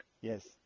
yes